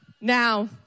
Now